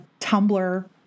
tumblr